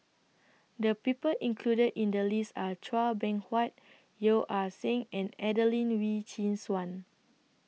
The People included in The list Are Chua Beng Huat Yeo Ah Seng and Adelene Wee Chin Suan